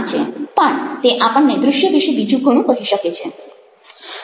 પણ તે આપણને દ્રશ્ય વિશે બીજું ઘણું કહી શકે છે